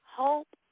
hope